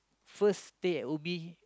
first stay at Ubi